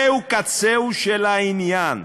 זה קצהו של העניין.